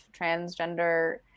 transgender